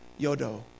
Yodo